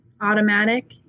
automatic